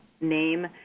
name